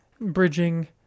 bridging